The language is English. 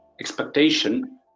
expectation